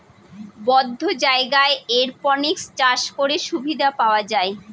বদ্ধ জায়গায় এরপনিক্স চাষ করে সুবিধা পাওয়া যায়